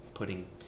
putting